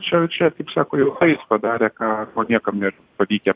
čia čia kaip sako jau ką jis padarė ką ko niekam nėr pavykę